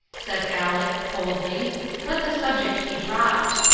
said aleck, coldly let the subject be dropped.